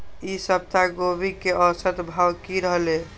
ई सप्ताह गोभी के औसत भाव की रहले?